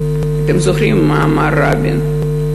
אתם זוכרים מה אמר רבין,